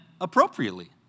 appropriately